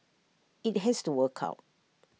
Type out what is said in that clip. IT has to work out